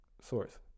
source